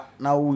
now